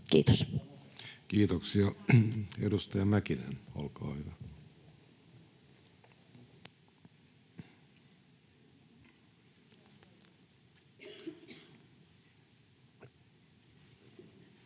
Content: Kiitoksia. — Edustaja Mäkinen, olkaa hyvä. [Speech